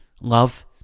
love